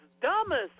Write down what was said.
dumbest